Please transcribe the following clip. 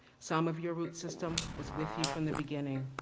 some of your root system was with you from the beginning.